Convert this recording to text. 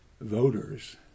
voters